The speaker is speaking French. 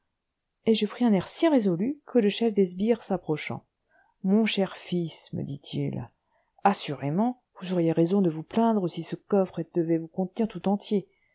et je pris un air si résolu que le chef des sbires s'approchant mon cher fils me dit-il assurément vous auriez raison de vous plaindre si ce coffre devait vous contenir tout entier